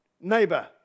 neighbor